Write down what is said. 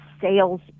sales